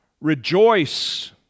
Rejoice